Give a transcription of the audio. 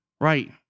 Right